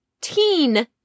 teen